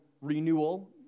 renewal